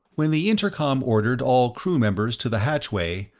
when the intercom ordered all crew members to the hatchway,